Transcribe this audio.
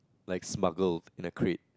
like smuggled in a crate